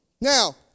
Now